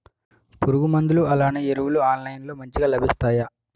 పురుగు మందులు అలానే ఎరువులు ఆన్లైన్ లో మంచిగా లభిస్తాయ?